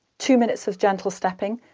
two minutes of gentle stepping,